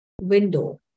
window